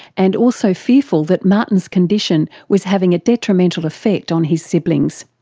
and also fearful that martin's condition was having a detrimental effect on his siblings.